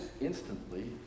instantly